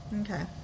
Okay